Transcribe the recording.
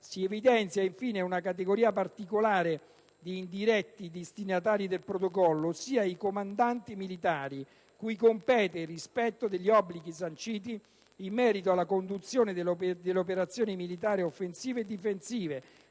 Si evidenzia, infine, una categoria particolare di indiretti destinatari del Protocollo, ossia i comandanti militari, cui compete il rispetto degli obblighi sanciti in merito alla conduzione delle operazioni militari offensive e difensive,